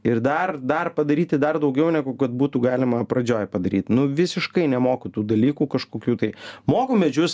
ir dar dar padaryti dar daugiau negu kad būtų galima pradžioj padaryt nu visiškai nemoku tų dalykų kažkokių tai moku medžius